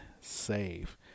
save